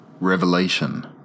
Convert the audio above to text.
Revelation